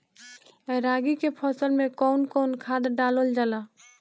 रागी के फसल मे कउन कउन खाद डालल जाला?